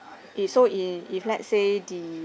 if so if if let's say the